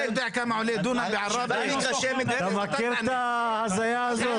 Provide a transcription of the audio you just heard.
אתה מכיר את ההזיה הזו?